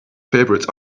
favorite